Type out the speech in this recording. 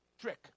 trick